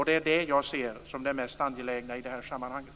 Det är det som jag ser som det mest angelägna i det här sammanhanget.